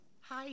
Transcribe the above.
Hi